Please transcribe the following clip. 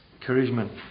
encouragement